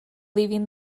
leaving